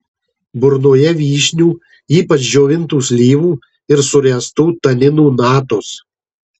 burnoje vyšnių ypač džiovintų slyvų ir suręstų taninų natos